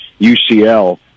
UCL